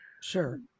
Sure